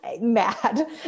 mad